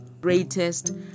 greatest